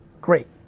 Great